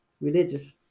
religious